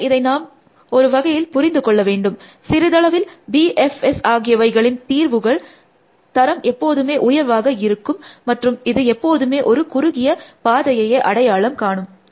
ஆனால் இதை நாம் ஒரு வகையில் புரிந்து கொள்ள வேண்டும் சிறிதளவில் B F S ஆகியவைகளின் தீர்வுகள் தரம் எப்போதுமே உயர்வாக இருக்கும் மற்றும் அது எப்போதுமே ஒரு குறுகிய பாதையையே அடையாளம் காணும்